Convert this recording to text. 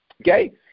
Okay